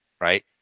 right